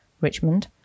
Richmond